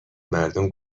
مردم